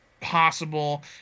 possible